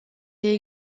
est